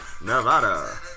Nevada